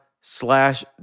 slash